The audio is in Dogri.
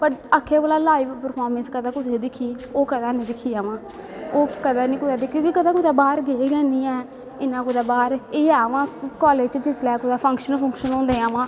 पर आक्खो भला लाईव प्रफामैंस कदैं दिक्खी ओह् कदैं नी दिक्की ऐ में ओह् कदैं नी कुदै दिक्खी क्योंकि बाह्र कदैं गे गै नी ऐं इयां कुदै बाह्र एह् ऐ व कालेज़ कुदै फंक्शन कुंक्शन होंदे ऐ